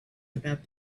about